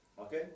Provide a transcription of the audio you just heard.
okay